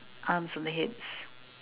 arms on the hips